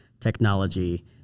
technology